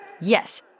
Yes